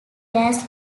gas